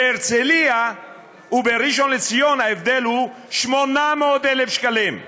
בהרצליה ובראשון-לציון ההבדל הוא 800,000 שקלים.